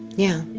yeah,